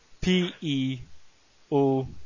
p-e-o